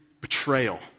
betrayal